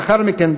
לאחר מכן,